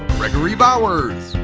gregory bowers.